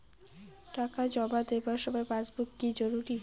টাকা জমা দেবার সময় পাসবুক কি জরুরি?